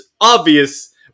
obvious